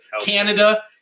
Canada